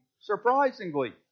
Surprisingly